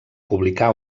publicà